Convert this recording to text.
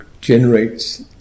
generates